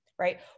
right